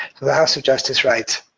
the house of justice writes,